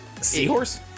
seahorse